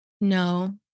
No